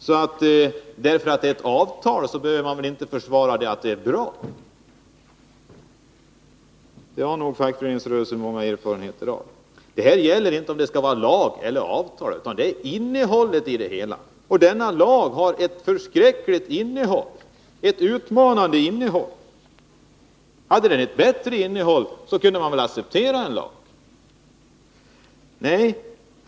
För att det är ett avtal behöver man väl inte försvara det och säga att det är bra — det har nog fackföreningsrörelsen många erfarenheter av. Här gäller det inte om det skall vara lag eller avtal, utan det gäller innehållet i det hela. Och denna lag har ett förskräckligt och utmanande innehåll. Vore innehållet bättre kunde man väl acceptera en lag.